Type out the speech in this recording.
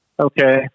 Okay